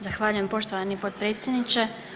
Zahvaljujem poštovani potpredsjedniče.